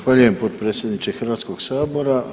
Zahvaljujem potpredsjedniče Hrvatskog sabora.